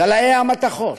גלאי המתכות,